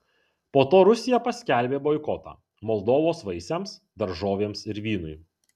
po to rusija paskelbė boikotą moldovos vaisiams daržovėms ir vynui